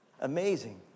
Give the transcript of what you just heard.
amazing